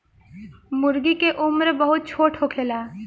मूर्गी के उम्र बहुत छोट होखेला